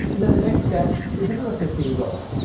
and then the next step is another fifteen volts.